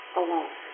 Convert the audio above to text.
alone